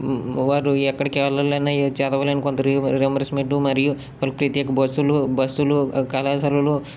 వారు ఎక్కడికి వెళ్ళాలన్న ఏ చదవలేని కొంత రీయంబర్సుమెంట్ మరియు వాళ్ళకి ప్రత్యేక బస్సులు బస్సులు కళాశాలలు